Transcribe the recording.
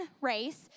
race